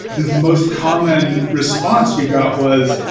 the most common response we got was,